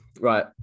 Right